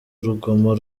urugomo